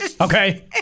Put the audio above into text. Okay